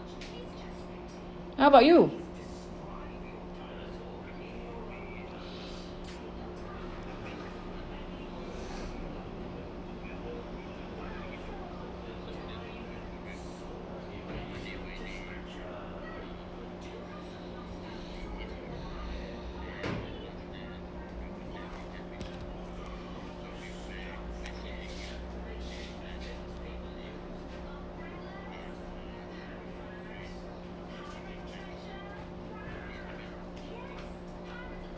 how about you